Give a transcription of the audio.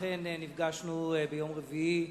אכן נפגשנו ביום רביעי.